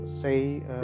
Say